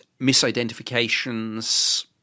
misidentifications